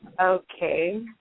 Okay